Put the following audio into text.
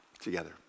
together